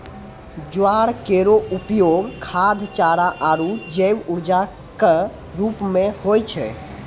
ज्वार केरो उपयोग खाद्य, चारा आरु जैव ऊर्जा क रूप म होय छै